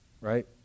right